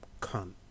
cunt